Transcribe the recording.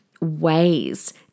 ways